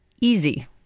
easy